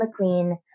McQueen